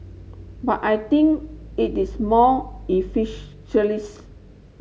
but I think it is more